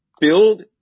build